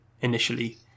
initially